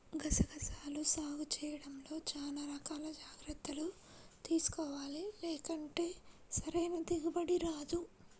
గసగసాల సాగు చేయడంలో చానా రకాల జాగర్తలు తీసుకోవాలి, లేకుంటే సరైన దిగుబడి రాదు